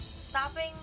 stopping